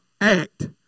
act